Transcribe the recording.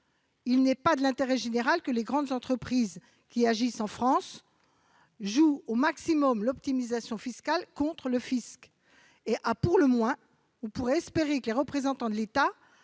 Il n'est pas dans l'intérêt général que les grandes entreprises qui ont leur activité en France jouent au maximum l'optimisation fiscale contre le fisc. On pourrait à tout le moins espérer que les représentants de l'État